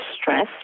stress